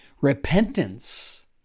Repentance